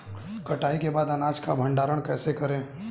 कटाई के बाद अनाज का भंडारण कैसे करें?